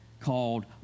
called